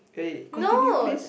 eh continue please